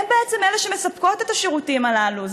הן בעצם אלה שמספקות את השירותים הללו,